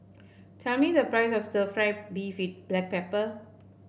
tell me the price of stir fry beef with Black Pepper